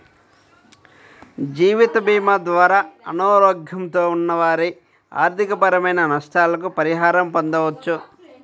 జీవితభీమా ద్వారా అనారోగ్యంతో ఉన్న వారి ఆర్థికపరమైన నష్టాలకు పరిహారం పొందవచ్చు